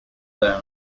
down